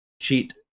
cheat